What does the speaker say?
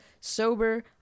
Sober